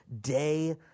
day